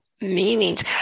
meanings